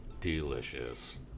Delicious